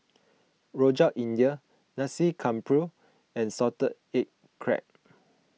Rojak India Nasi Campur and Salted Egg Crab